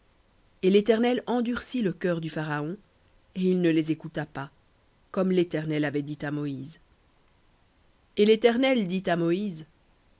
et l'éternel endurcit le cœur du pharaon et il ne les écouta pas comme l'éternel avait dit à moïse et l'éternel dit à moïse